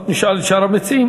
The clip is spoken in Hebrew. טוב, נשאל את שאר המציעים.